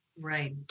Right